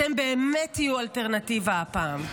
אתם באמת תהיו אלטרנטיבה הפעם.